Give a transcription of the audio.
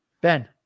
Ben